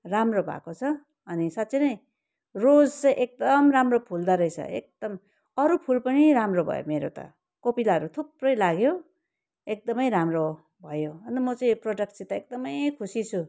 राम्रो भएको छ अनि साँच्ची नै रोज चाहिँ एकदम राम्रो फुल्दो रहेछ एकदम अरू फुल पनि राम्रो भयो मेरो त कोपिलाहरू थुप्रै लाग्यो एकदमै राम्रो भयो अन्त म चाहिँ यो प्रोडक्टसित एकदमै खुसी छु